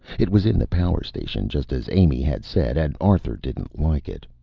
it was in the power station, just as amy had said, and arthur didn't like it.